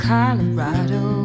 Colorado